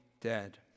dead